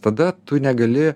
tada tu negali